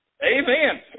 Amen